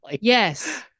yes